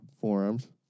forearms